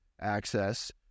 access